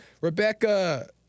Rebecca